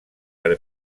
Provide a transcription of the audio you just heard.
per